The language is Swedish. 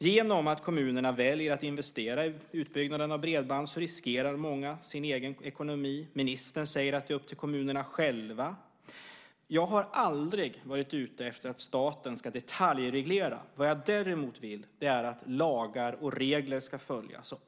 Genom att kommunerna väljer att investera i utbyggnaden av bredband riskerar många sin egen ekonomi. Ministern säger att det är upp till kommunerna själva. Jag har aldrig varit ute efter att staten ska detaljreglera. Vad jag däremot vill är att lagar och regler ska följas.